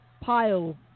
pile